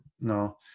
No